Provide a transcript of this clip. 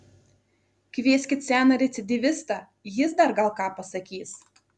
kvieskit seną recidyvistą jis dar gal ką pasakys